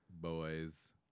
boys